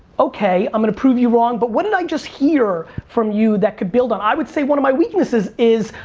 okay, i'm going to prove you wrong. but what did i just hear from you that could build on. i would say that one of my weaknesses is,